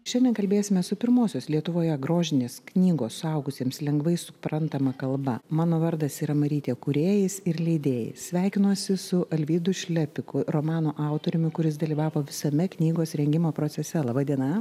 šiandien kalbėsimės su pirmosios lietuvoje grožinės knygos suaugusiems lengvai suprantama kalba mano vardas yra marytė kūrėjais ir leidėjai sveikinuosi su alvydu šlepiku romano autoriumi kuris dalyvavo visame knygos rengimo procese laba diena